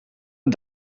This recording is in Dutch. een